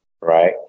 right